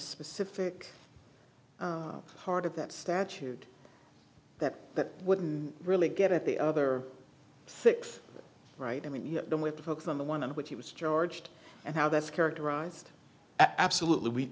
specific part of that statute that that wouldn't really get at the other six right i mean we don't want to focus on the one on which he was charged and how that's characterized absolutely we